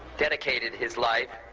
dedicated his life